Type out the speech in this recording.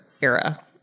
era